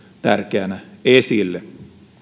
tärkeänä asiana esille